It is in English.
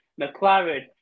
McLaren